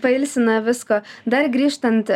pailsi nuo visko dar grįžtant